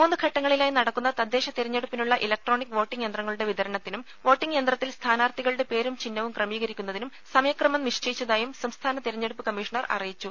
മൂന്ന് ഘട്ടങ്ങളിലായി നടക്കുന്ന തദ്ദേശ തിരഞ്ഞെടുപ്പിനുള്ള ഇലക്ട്രോണിക് വോട്ടിംഗ് യന്ത്രങ്ങളുടെ വിതരണത്തിനും വോട്ടിംഗ് യന്ത്രത്തിൽ സ്ഥാനാർത്ഥികളുടെ പേരും ചിഹ്നവും ക്രമീകരിക്കുന്നതിനും സമയക്രമം നിശ്ചയിച്ചതായും സംസ്ഥാന തിരഞ്ഞെടുപ്പ് കമ്മീഷണർ അറിയിച്ചു